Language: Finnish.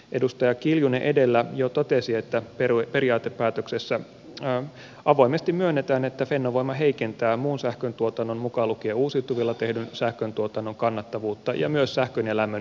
edustaja kiljunen edellä jo totesi että periaatepäätöksessä avoimesti myönnetään että fennovoima heikentää muun sähköntuotannon mukaan lukien uusiutuvilla tehdyn sähköntuotannon kannattavuutta ja myös sähkön ja lämmön yhteistuotantoa